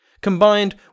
combined